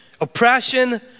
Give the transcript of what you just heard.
oppression